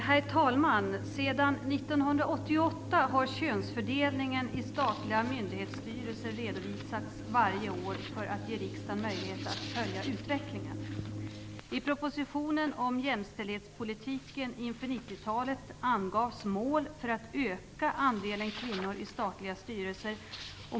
Herr talman! Sedan 1988 har könsfördelningen i statliga myndighetsstyrelser redovisats varje år för att ge riksdagen möjlighet att följa utvecklingen. I propositionen om jämställdhetspolitiken inför 90-talet angavs mål för att öka andelen kvinnor i statliga styrelser.